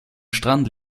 strand